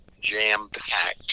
jam-packed